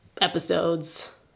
episodes